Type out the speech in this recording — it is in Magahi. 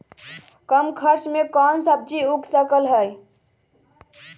कम खर्च मे कौन सब्जी उग सकल ह?